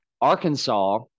Arkansas –